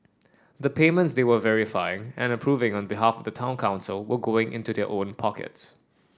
the payments they were verifying and approving on behalf of the town council were going into their own pockets